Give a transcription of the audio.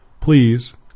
please